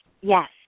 Yes